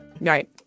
Right